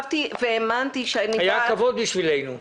היה כבוד בשבילנו.